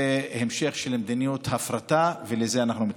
זה המשך של מדיניות הפרטה, ולזה אנחנו מתנגדים.